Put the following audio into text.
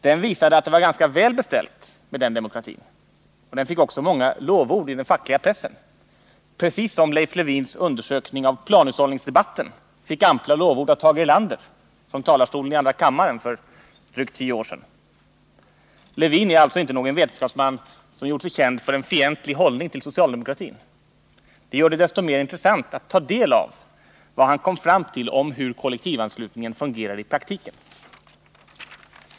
Den visade att det var ganska väl beställt med den demokratin, och den fick också många lovord i den fackliga pressen — precis som Leif Lewins undersökning av planhushållningsdebatten fick ampla lovord av Tage Erlander från talarstolen i andra kammaren för drygt tio år sedan. Lewin är alltså inte någon vetenskapsman som gjort sig känd för en fientlig hållning till socialdemokratin. Det gör det desto mer intressant att ta del av vad han kom fram till om hur kollektivanslutningen fungerar i praktiken.